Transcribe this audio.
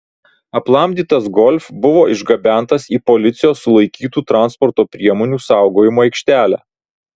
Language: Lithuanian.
aplamdytas golf buvo išgabentas į policijos sulaikytų transporto priemonių saugojimo aikštelę